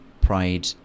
pride